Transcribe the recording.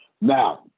Now